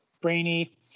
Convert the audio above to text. Brainy